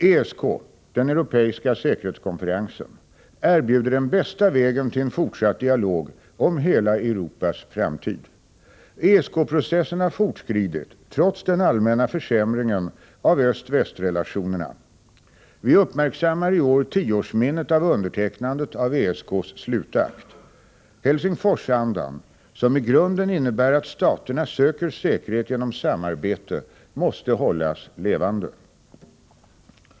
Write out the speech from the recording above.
ESK, den europeiska säkerhetskonferensen, erbjuder den bästa vägen till en fortsatt dialog om hela Europas framtid. ESK-processen har fortskridit trots den allmänna försämringen av öst-väst-relationerna. Vi uppmärksammar i år tioårsminnet av undertecknandet av ESK:s slutakt. Helsingforsandan, som i grunden innebär att staterna söker säkerhet genom samarbete, måste hållas levande.